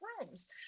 rooms